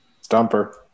Stumper